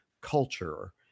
culture